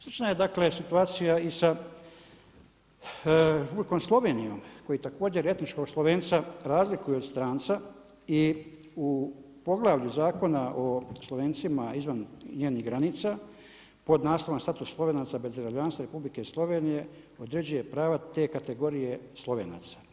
Slična je dakle situacija i sa Republikom Slovenijom koji također etničkog Slovenca razlikuje od stranca i u poglavlju Zakona o Slovencima izvan njenih granica pod naslovom „Status Slovenaca bez državljanstva Republike Slovenije određuje prava te kategorije Slovenaca.